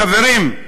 חברים,